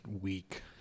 week